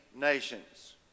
nations